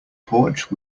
porch